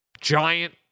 giant